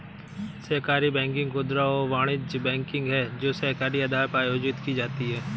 सहकारी बैंकिंग खुदरा और वाणिज्यिक बैंकिंग है जो सहकारी आधार पर आयोजित की जाती है